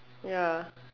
ya